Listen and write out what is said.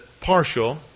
partial